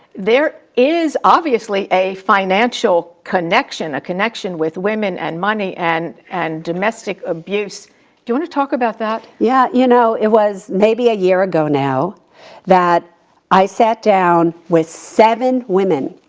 there is obviously a financial connection, a connection with women and money and and domestic abuse. do you wanna talk about that? yeah, you know it was maybe a year ago now that i sat down with seven women.